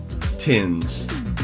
tins